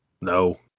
No